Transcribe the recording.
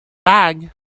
bag